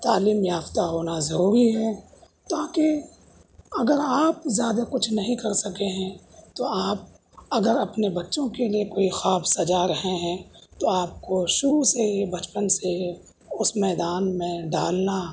تعلیم یافتہ ہونا ضروری ہے تاکہ اگر آپ زیادہ کچھ نہیں کر سکے ہیں تو آپ اگر اپنے بچوں کے لیے کوئی خواب سجا رہے ہیں تو آپ کو شروع سے ہی بچپن سے اس میدان میں ڈالنا